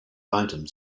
items